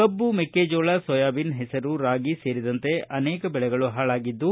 ಕಬ್ಬು ಮೆಕ್ಕೆ ಜೋಳ ಸೋಯಾಬೀನ್ ಹೆಸರು ರಾಗಿ ಸೇರಿದಂತೆ ಅನೇಕ ಬೆಳೆಗಳು ಹಾಳಾಗಿದ್ದು